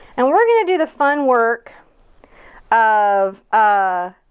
and we're we're gonna do the fun work of, ah,